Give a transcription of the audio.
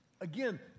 again